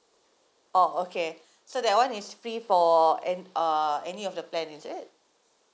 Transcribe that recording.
oh okay so that one is free for an uh any of the plan is it